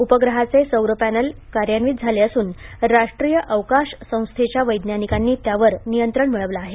उपग्रहाचे सौर पॅनेल कार्यन्वित झाले असून राष्ट्रीय अवकाश संस्थेच्या वैज्ञनिकांनी त्यावर नियंत्रण मिळवलं आहे